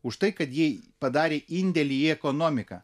už tai kad jie padarė indėlį į ekonomiką